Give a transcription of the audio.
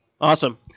Awesome